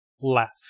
left